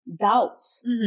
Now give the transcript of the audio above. doubts